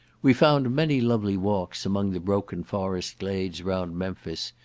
we found many lovely walks among the broken forest glades around memphis,